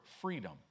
freedom